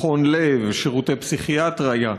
מכון לב ושירותי פסיכיאטריה.